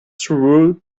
through